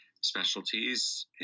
specialties